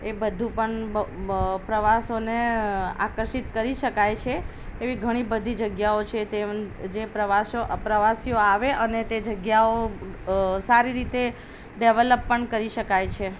એ બધું પણ બ બ પ્રવાસીઓને આકર્ષિત કરી શકાય છે એવી ઘણી બધી જગ્યાઓ છે તે જે પ્રવાસીઓ પ્રવાસીઓ આવે અને તે જગ્યાઓ સારી રીતે ડેવલપ પણ કરી શકાય છે